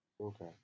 Okay